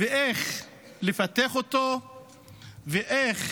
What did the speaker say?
איך לפתח אותו ואיך